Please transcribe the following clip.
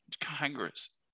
Congress